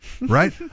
right